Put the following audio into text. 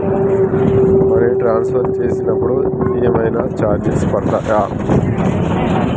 Money transfer చేసినప్పుడు ఏమైనా charges పడతయా?